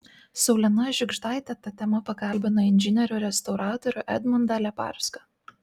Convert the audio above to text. saulena žiugždaitė ta tema pakalbino inžinierių restauratorių edmundą leparską